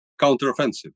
counteroffensive